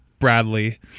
Bradley